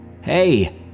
Hey